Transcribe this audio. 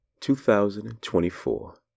2024